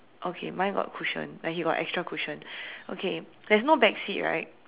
okay mine got cushion and he got extra cushion okay there's no back seat right